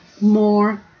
more